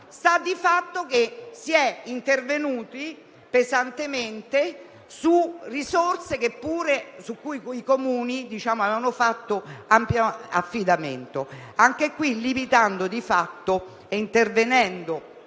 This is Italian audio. Sta di fatto che si è intervenuti pesantemente su risorse su cui i Comuni avevano fatto ampio affidamento, anche in questo caso limitando di fatto la facoltà dei